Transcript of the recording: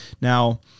Now